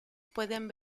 pueden